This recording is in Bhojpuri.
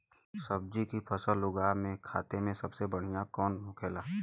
सब्जी की फसल उगा में खाते सबसे बढ़ियां कौन होखेला?